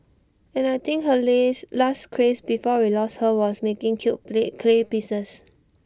and I think her last craze before we lost her was making cute clay pieces